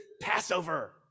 Passover